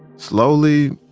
slowly,